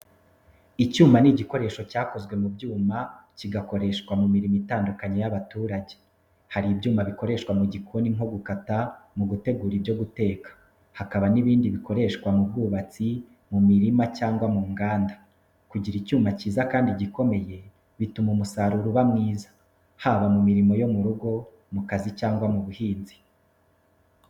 Icyuma ni igikoresho cyakozwe mu byuma kigakoreshwa mu mirimo itandukanye y’abaturage. Hari ibyuma bikoreshwa mu gikoni nko gukata, mu gutegura ibyo guteka, hakaba n’ibindi bikoreshwa mu bwubatsi, mu mirima cyangwa mu nganda. Kugira icyuma cyiza kandi gikomeye bituma umusaruro uba mwiza, haba mu mirimo yo mu rugo, mu kazi cyangwa mu buhinzi.